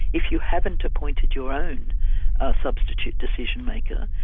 if you haven't appointed your own ah substitute decision-maker,